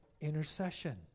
intercession